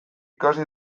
ikasi